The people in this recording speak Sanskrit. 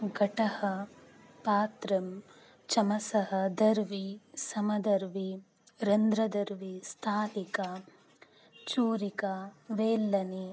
घटः पात्रं चमसः दर्वी समदर्वी रन्द्रदर्वी स्थालिका चूरिका वेल्लनी